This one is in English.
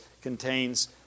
contains